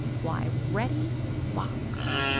why, reddy fox!